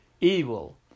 evil